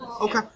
Okay